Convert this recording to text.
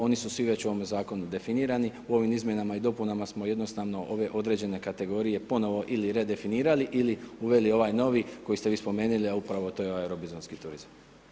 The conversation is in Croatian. Oni su svi već u ovome Zakonu definirani, u ovim izmjenama i dopunama smo jednostavno ove određene kategorije ponovo ili redefinirali ili uveli ovaj koji ste vi spomenuli, a upravo to je ovaj robinzonski turizam.